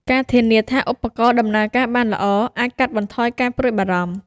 ការធានាថាឧបករណ៍ដំណើរការបានល្អ អាចកាត់បន្ថយការព្រួយបារម្ភ។